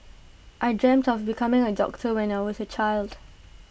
I dreamt of becoming A doctor when I was A child